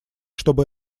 чтобы